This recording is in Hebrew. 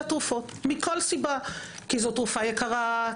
התרופות מכל סיבה - כי זו תרופה יקרה,